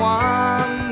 one